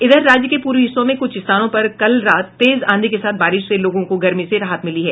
इधर राज्य के पूर्वी हिस्सों में कुछ स्थानों पर कल रात तेज आंधी के साथ बारिश से लोगों को गर्मी से राहत मिली है